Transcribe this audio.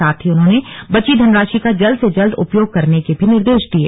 साथ ही उन्होंने बची धनराशि का जल्द से जल्द उपयोग करने के भी निर्देश दिये